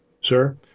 Sir